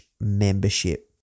membership